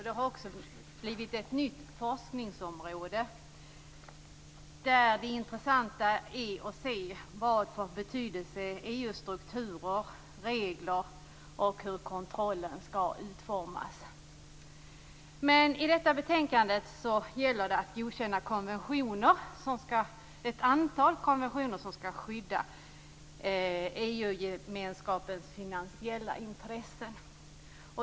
Det har också blivit ett nytt forskningsområde där det intressanta är att se vilken betydelse EU:s strukturer och regler har och hur kontrollen skall utformas. I detta betänkande gäller det att Sverige skall godkänna ett antal konventioner som skall skydda EU-gemenskapens finansiella intressen.